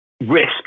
Risk